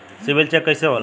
CIBIL check कइसे होला?